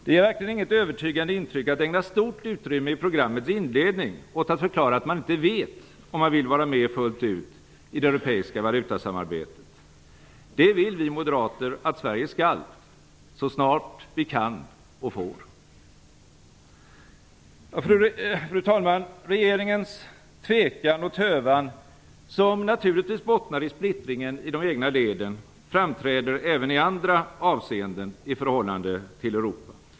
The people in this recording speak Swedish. Det ger inget övertygande intryck att ägna stort utrymme i programmets inledning åt att förklara att man inte vet om man vill vara med fullt ut i det europeiska valutasamarbetet. Det vill vi moderater att Sverige skall, så snart vi kan och får. Fru talman! Regeringens tvekan och tövan, som naturligtvis bottnar i splittringen i de egna leden, framträder även i andra avseenden i förhållande till Europa.